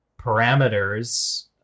parameters